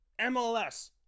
MLS